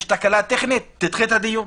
יש תקלה טכנית, תדחה את הדיון.